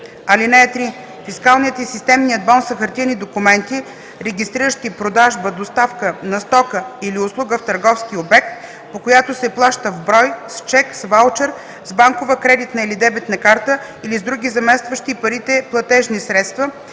(3) Фискалният и системният бон са хартиени документи, регистриращи продажба/доставка на стока или услуга в търговски обект, по която се плаща в брой, с чек, с ваучер, с банкова кредитна или дебитна карта или с други заместващи парите платежни средства,